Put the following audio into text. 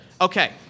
Okay